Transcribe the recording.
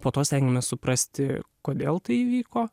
po to stengėmės suprasti kodėl tai įvyko